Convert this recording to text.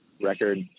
record